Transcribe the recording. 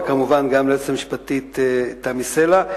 וכמובן גם ליועצת המשפטית תמי סלע.